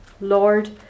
Lord